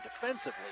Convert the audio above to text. defensively